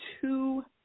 two